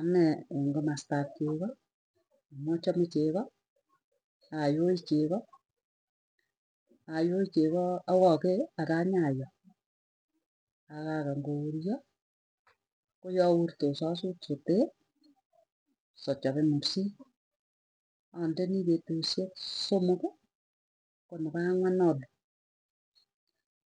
Anee eng komastap chego amu achame chegoo, ayoi chegoo awokee akanyayoo akakany kouryo koyaurtos asut sotee sachape mursii. Andeni petusyek somoki, konepo angwan ope,